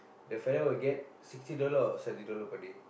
the fella will get sixty dollar or seventy dollar per day